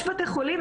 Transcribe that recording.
יש בתי חולים,